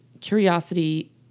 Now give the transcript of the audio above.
Curiosity